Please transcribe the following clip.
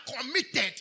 committed